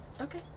Okay